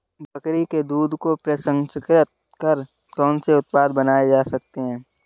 बकरी के दूध को प्रसंस्कृत कर कौन से उत्पाद बनाए जा सकते हैं?